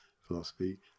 philosophy